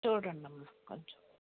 చూడండమ్మ కొంచెం